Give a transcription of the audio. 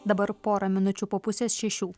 dabar pora minučių po pusės šešių